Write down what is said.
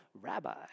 rabbi